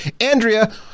Andrea